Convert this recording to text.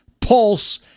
Pulse